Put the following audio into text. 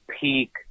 peak